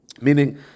meaning